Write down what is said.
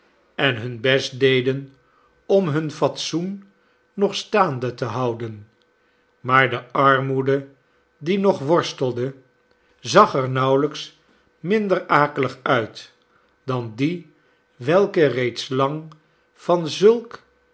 en hun best deden om hun fatsoen nog staande te houden maar de armoede die nog worstelde zag er nauwel'y'ks minder akelig uit dan die welke reeds lang van zulk